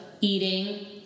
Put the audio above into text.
eating